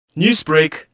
Newsbreak